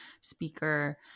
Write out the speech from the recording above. speaker